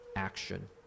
action